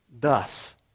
Thus